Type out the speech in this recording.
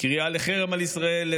קריאה לחרם על ישראל,